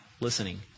listening